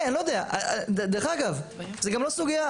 דרך אגב זו לא סוגיה,